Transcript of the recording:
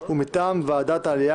ומטעם ועדת העלייה,